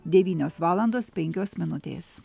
devynios valandos penkios minutės